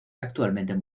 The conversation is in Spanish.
actualmente